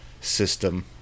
system